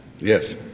Yes